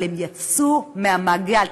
אבל הם יצאו מהמעגל.